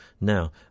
Now